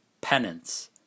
Penance